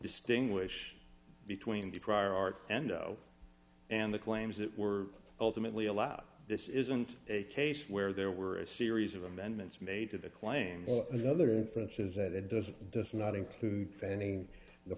distinguish between the prior art endo and the claims that were ultimately allowed this isn't a case where there were a series of amendments made to the claim the other inference is that it does it does not include fanning the